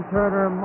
Turner